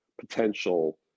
potential